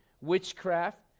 witchcraft